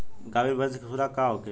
गाभिन भैंस के खुराक का होखे?